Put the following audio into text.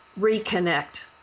reconnect